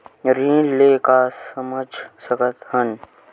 ऋण ले का समझ सकत हन?